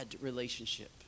relationship